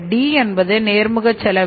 D என்பது நேர்முக செலவு